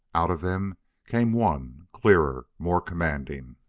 out of them came one, clearer, more commanding